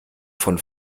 von